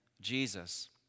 Jesus